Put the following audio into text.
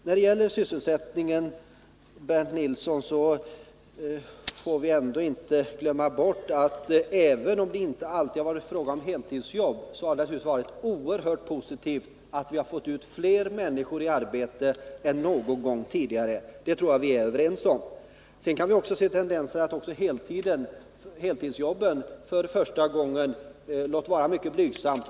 När det gäller sysselsättningen, Bernt Nilsson, får vi ändå inte glömma bort, att även om det inte alltid varit fråga om heltidsjobb har det varit mycket positivt att vi fått ut fler människor i arbete än någon gång tidigare. Det tror jag vi är överens om. Man kan också se tendenser till att även heltidsjobben ökar, låt vara mycket blygsamt.